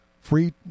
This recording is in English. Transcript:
free